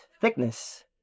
thickness